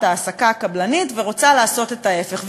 ההעסקה הקבלנית ורוצה לעשות את ההפך.